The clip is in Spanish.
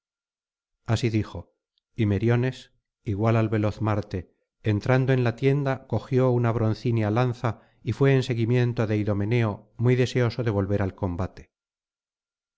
así dijo y meriones igual al veloz marte entrando en la tienda cogió una broncínea lanza y fué en seguimiento de idomeneo muy deseoso de volver al combate